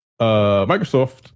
Microsoft